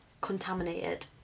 contaminated